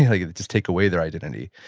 you know yeah just take away their identity,